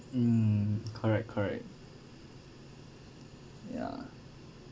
mm correct correct ya